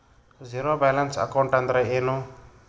Zero balance account ಅಂದ್ರ ಏನು?